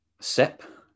sip